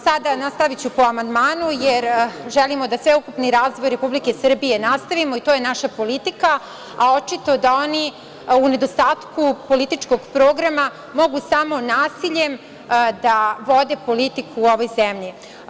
Sada ću nastaviti po amandmanu, jer želimo da sveukupni razvoj Republike Srbije nastavimo i to je naša politika, a očito da oni u nedostatku političkog programa mogu samo nasiljem da vode politiku u ovoj zemlji.